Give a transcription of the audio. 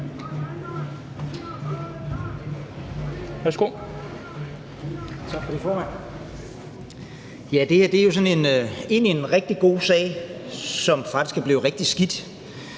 egentlig en rigtig god sag, som faktisk er blevet rigtig skidt,